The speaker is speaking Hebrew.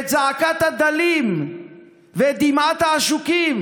את זעקת הדלים ואת דמעת העשוקים.